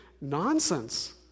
nonsense